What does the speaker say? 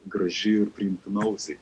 graži ir priimtina ausiai